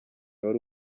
wari